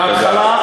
נשמע.